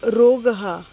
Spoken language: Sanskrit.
रोगः